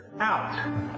Out